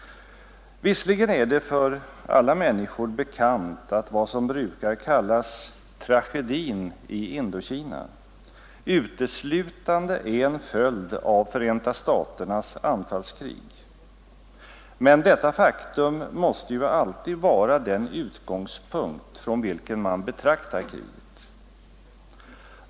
Visserligen är det för alla människor bekant att vad som brukar kallas tragedin i Indokina uteslutande är en följd av Förenta staternas anfallskrig, men detta faktum måste alltid vara den utgångspunkt från vilken man betraktar kriget.